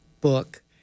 book